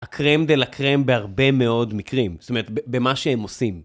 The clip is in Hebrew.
הקרם דה לה קרם בהרבה מאוד מקרים, זאת אומרת, במה שהם עושים.